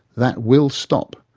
that will stop,